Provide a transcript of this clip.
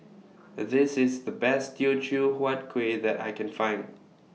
This IS The Best Teochew Huat Kueh that I Can Find